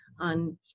on